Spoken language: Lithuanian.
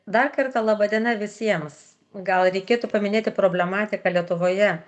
dar kartą laba diena visiems gal reikėtų paminėti problematiką lietuvoje